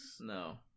no